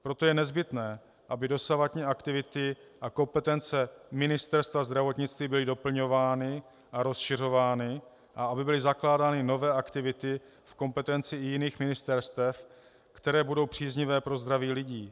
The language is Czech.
Proto je nezbytné, aby dosavadní aktivity a kompetence Ministerstva zdravotnictví byly doplňovány a rozšiřovány a aby byly zakládány nové aktivity v kompetenci i jiných ministerstev, které budou příznivé pro zdraví lidí.